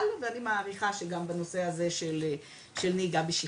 בכלל, ואני מעריכה שגם בנושא הזה של נהיגה בשכרות.